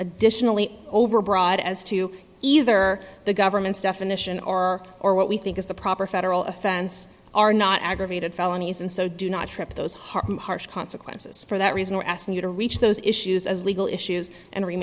additionally overbroad as to either the government's definition or or what we think is the proper federal offense are not aggravated felonies and so do not trip those hard harsh consequences for that reason we're asking you to reach those issues as legal issues and re